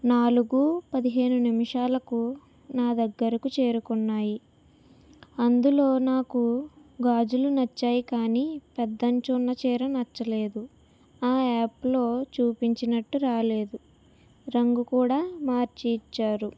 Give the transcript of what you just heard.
నాలుగు పదిహేను నిమిషాలకు నా దగ్గరకు చేరుకున్నాయి అందులో నాకు గాజులు నచ్చాయి కానీ పెద్ద అంచు ఉన్న చీర నచ్చలేదు ఆ యాప్లో చూపించినట్టు రాలేదు రంగు కూడా మార్చి ఇచ్చారు